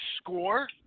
score